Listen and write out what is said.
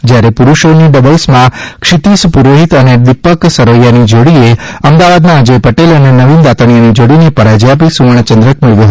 જયારે પુરૂષોની ડબલ્સમાં ક્ષિતીશ પુરોહિતે અને દિપસ સરવૈયાની જોડીએ અમદાવાદના અજય પટેલ અને નવીન દાતણીયાની જોડીને પરાજય આપી સુવર્ણચંદ્રક મેળવ્યો હતો